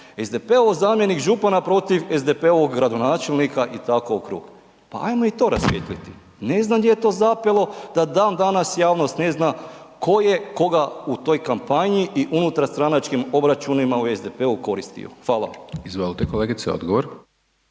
SDP-ov zamjenik župana protiv SDP-ovog gradonačelnika i tako u krug, pa ajmo i to rasvijetliti. Ne znam gdje je to zapelo da dan danas javnost ne zna tko je koga u toj kampanji i unutarstranačkim obračunima u SDP-u koristio. Hvala. **Hajdaš Dončić, Siniša